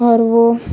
اور وہ